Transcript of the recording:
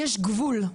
יש גבול.